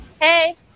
Hey